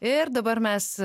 ir dabar mes